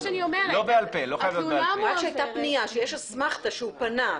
יש אסמכתא שהוא פנה,